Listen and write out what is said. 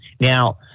Now